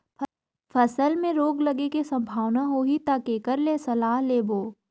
फसल मे रोग लगे के संभावना होही ता के कर ले सलाह लेबो?